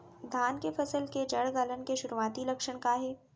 धान के फसल के जड़ गलन के शुरुआती लक्षण का हे?